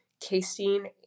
casein